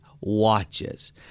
watches